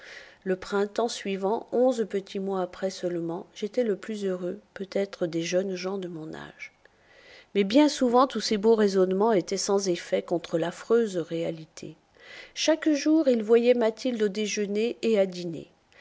le printemps suivant onze petits mois après seulement j'étais le plus heureux peut-être des jeunes gens de mon âge mais bien souvent tous ces beaux raisonnements étaient sans effet contre l'affreuse réalité chaque jour il voyait mathilde au déjeuner et à dîner